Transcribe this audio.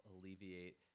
alleviate